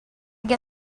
get